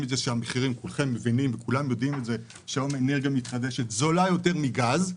כולכם מבינים וכולם יודעים שהיום אנרגיה מתחדשת זולה יותר מגז.